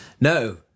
no